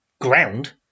ground